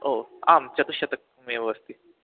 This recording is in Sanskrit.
ओ आं चतुश्शतमेव अस्ति